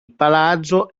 palazzo